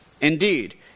Indeed